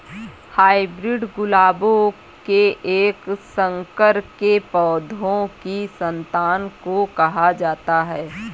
hybrid गुलाबों के एक संकर के पौधों की संतान को कहा जाता है